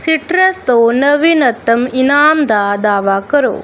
ਸੀਟਰਸ ਤੋਂ ਨਵੀਨਤਮ ਇਨਾਮ ਦਾ ਦਾਅਵਾ ਕਰੋ